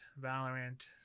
Valorant